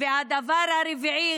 והדבר הרביעי,